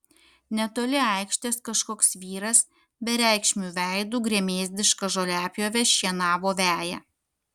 netoli aikštės kažkoks vyras bereikšmiu veidu gremėzdiška žoliapjove šienavo veją